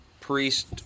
priest